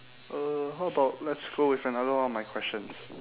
uh how about let's go with another one of my questions